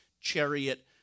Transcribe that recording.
chariot